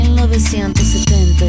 1970